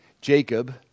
Jacob